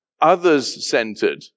others-centered